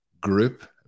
group